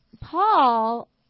Paul